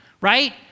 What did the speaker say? right